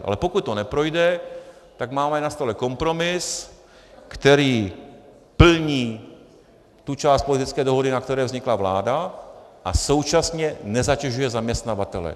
Ale pokud to neprojde, tak máme na stole kompromis, který plní tu část politické dohody, na které vznikla vláda, a současně nezatěžuje zaměstnavatele.